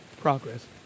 progress